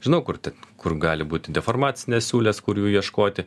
žinau kur ti kur gali būti deformacinės siūlės kur jų ieškoti